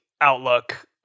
outlook